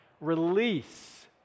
release